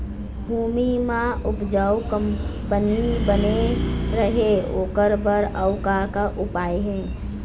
भूमि म उपजाऊ कंपनी बने रहे ओकर बर अउ का का उपाय हे?